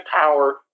power